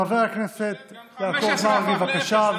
חבר הכנסת יעקב מרגי, בבקשה.